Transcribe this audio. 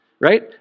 Right